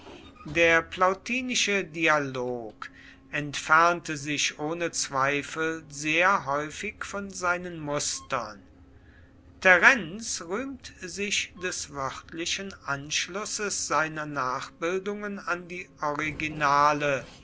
der plautinische dialog entfernte sich ohne zweifel sehr häufig von seinen mustern terenz rühmt sich des wörtlichen anschlusses seiner nachbildungen an die originale